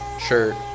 shirt